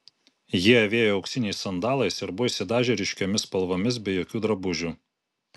jie avėjo auksiniais sandalais ir buvo išsidažę ryškiomis spalvomis be jokių drabužių